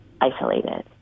isolated